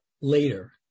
later